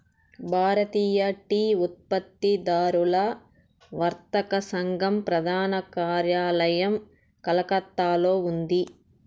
భారతీయ tea ఉత్పత్తిదారుల వర్తక సంఘం ప్రధాన కార్యాలయం కలకత్తాలో ఉంది